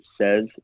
says